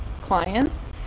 clients